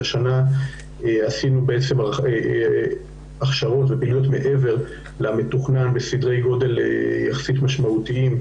השנה עשינו הכשרות פעילות מעבר למתוכנן בסדרי גודל יחסית משמעותיים,